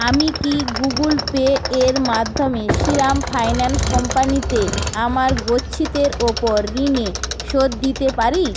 আমি কি Google Pay এর মাধ্যমে শ্রীরাম ফাইন্যান্স কোম্পানিতে আমার গচ্ছিতের ওপর ঋণে শোধ দিতে পারি